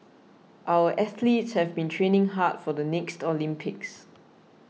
our athletes have been training hard for the next Olympics